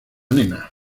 nena